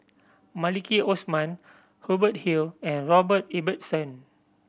Maliki Osman Hubert Hill and Robert Ibbetson